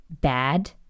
bad